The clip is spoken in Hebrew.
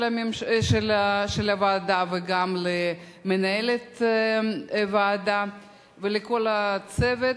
הוועדה וגם למנהלת הוועדה ולכל הצוות,